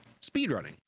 speedrunning